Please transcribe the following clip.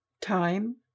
Time